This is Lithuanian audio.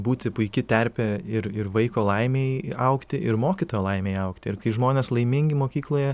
būti puiki terpė ir ir vaiko laimei augti ir mokytojo laimei augti ir kai žmonės laimingi mokykloje